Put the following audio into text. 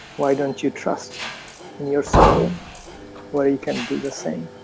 why don't you trust in your soul where you can do the same?